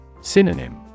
Synonym